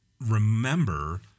remember